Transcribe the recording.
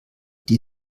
die